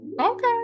Okay